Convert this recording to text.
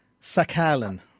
Sakhalin